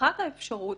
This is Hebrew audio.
פתיחת האפשרות